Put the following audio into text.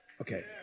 Okay